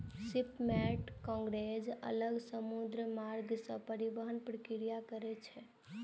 shipment कार्गों अलग समुद्री मार्ग सं परिवहनक प्रक्रिया छियै